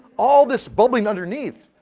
all this bubbling underneath,